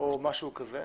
או משהו כזה.